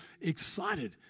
excited